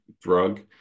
drug